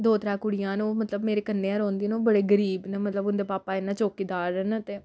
दो त्रै कुड़ियां न ओह् मतलब मेरे कन्नै गै रौंह्दियां न ओह् बड़े गरीब न मतलब उं'दे पापा इ'यां चौकीदार न ते